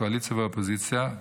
קואליציה ואופוזיציה,